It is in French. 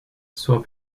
soit